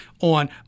on